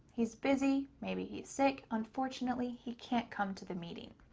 he's busy. maybe he's sick. unfortunately he can't come to the meeting.